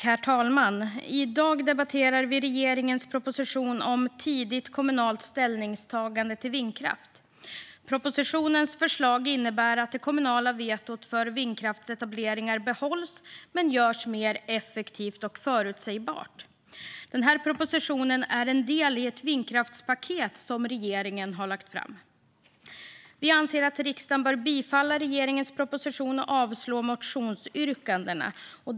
Herr talman! I dag debatterar vi regeringens proposition om tidigt kommunalt ställningstagande till vindkraft. Propositionens förslag innebär att det kommunala vetot för vindkraftsetableringar behålls men görs mer effektivt och förutsägbart. Propositionen är en del i ett vindkraftspaket som regeringen har lagt fram. Vi anser att riksdagen bör bifalla regeringens proposition och avslå motionsyrkandena.